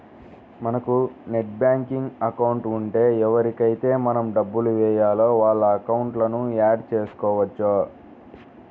మనకు net banking account ఉంటే ఎవరికైతే మనం డబ్బులు వేయాలో వాళ్ళ అకౌంట్లను యాడ్ చేసుకోవచ్చు